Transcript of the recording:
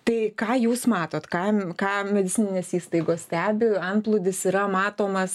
tai ką jūs matot kam ką medicininės įstaigos stebi antplūdis yra matomas